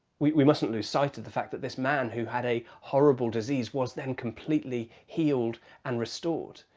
we mustn't lose sight of the fact that this man, who had a horrible disease, was then completely healed and restored.